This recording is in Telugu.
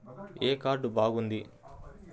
ఏ కార్డు బాగుంది?